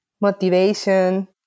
motivation